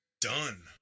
done